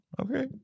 okay